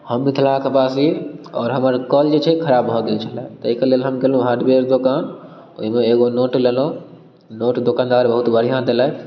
हम मिथिला के वासी आओर हमर कल जे छै खराब भऽ गेल छलै ताहिके लेल हम गेलहुॅं हार्डवेयर दोकान ओहिमे एगो नट लेलहुॅं नट दोकानदार बहुत बढ़िऑं देलथि